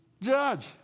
Judge